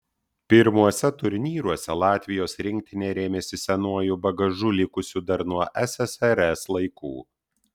pirmuose turnyruose latvijos rinktinė rėmėsi senuoju bagažu likusiu dar nuo ssrs laikų